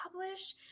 publish